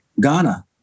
Ghana